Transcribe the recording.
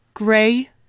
GRAY